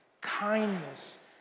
Kindness